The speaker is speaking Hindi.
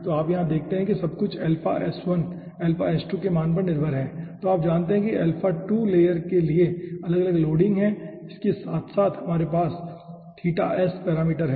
तो आप यहां देखते हैं कि सब कुछ अल्फा s1 अल्फा s2 के मान पर निर्भर है जो आप जानते हैं कि अल्फा 2 लेयर के लिए अलग अलग लोडिंग है इसके साथ साथ हमारे पास थीटा s पैरामीटर हैं